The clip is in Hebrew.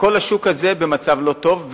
כל השוק הזה במצב לא טוב,